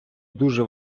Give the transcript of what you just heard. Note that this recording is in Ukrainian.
дуже